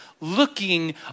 looking